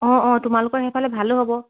অঁ অঁ তোমালোকৰ সেইফালে ভালো হ'ব